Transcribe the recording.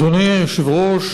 אדוני היושב-ראש,